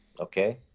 okay